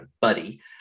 buddy